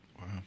Wow